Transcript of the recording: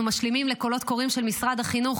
אנחנו משלימים לקולות קוראים של משרד החינוך